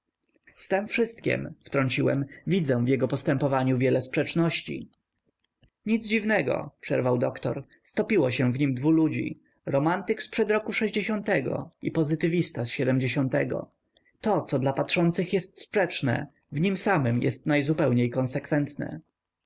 z tem wszystkiem wtrąciłem widzę w jego postępowaniu wiele sprzeczności nic dziwnego przerwał doktor stopiło się w nim dwu ludzi romantyk zprzed roku sześćdziesiątego i pozytywista z siedmdziesiątego to co dla patrzących jest sprzeczne w nim samym jest najzupełniej konsekwentne